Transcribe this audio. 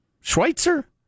Schweitzer